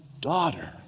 daughter